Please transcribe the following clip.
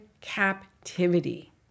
captivity